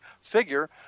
figure